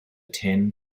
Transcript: ten